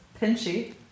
pinchy